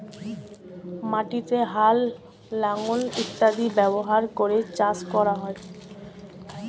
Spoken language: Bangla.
মাটিতে হাল, লাঙল ইত্যাদি ব্যবহার করে চাষ করা হয়